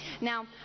Now